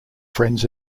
friends